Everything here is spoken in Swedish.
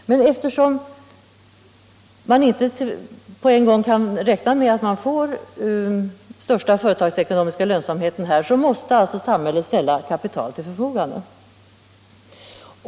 Men eftersom man inte på en gång kan räkna med att man får största företagsekonomiska lönsamhet här, måste alltså samhället ställa kapital till förfogande.